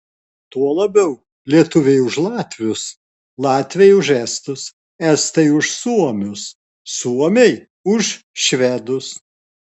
tuo labiau lietuviai už latvius latviai už estus estai už suomius suomiai už švedus